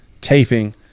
taping